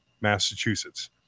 Massachusetts